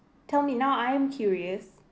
tell me now I'm curious